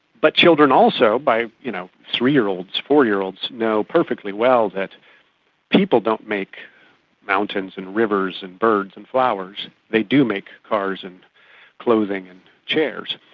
but children also, you know, three-year-olds, four-year-olds know perfectly well that people don't make mountains and rivers and birds and flowers, they do make cars and clothing and chairs.